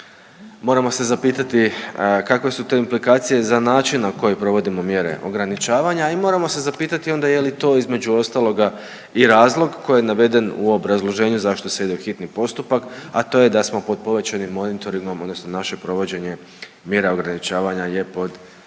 moramo se zapitati kakve su to implikacije za način na koji provodimo mjere ograničavanja i moramo se zapitati onda je li to između ostaloga i razlog koji je naveden u obrazloženju zašto se ide u hitni postupak, a to je da smo pod povećanim monitoringom odnosno naše provođenje mjera ograničavanja je pod